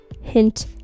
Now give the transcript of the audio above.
hint